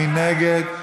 מי נגד?